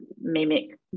mimic